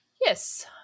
Yes